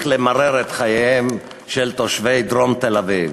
למרר את חייהם של תושבי דרום תל-אביב.